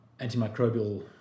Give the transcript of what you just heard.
antimicrobial